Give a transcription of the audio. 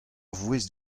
voest